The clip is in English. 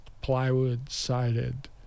plywood-sided